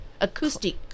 acoustic